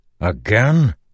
Again